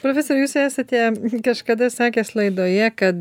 profesoriau jūs esate kažkada sakęs laidoje kad